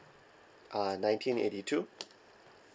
uh nineteen eighty two